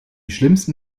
schlimmsten